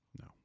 No